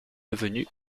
devenu